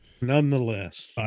Nonetheless